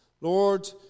Lord